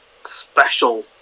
special